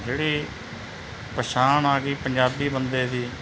ਜਿਹੜੀ ਪਛਾਣ ਆ ਗਈ ਪੰਜਾਬੀ ਬੰਦੇ ਦੀ